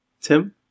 Tim